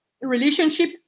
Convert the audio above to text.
relationship